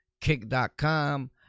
kick.com